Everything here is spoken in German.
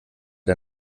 der